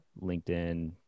LinkedIn